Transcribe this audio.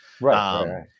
right